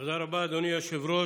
תודה רבה, אדוני היושב-ראש.